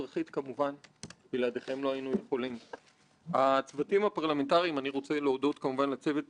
עוד לפני שהיה לנו צוות מקצועי עשינו לעצמנו בית ספר ונדדנו בין